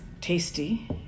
tasty